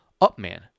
Upman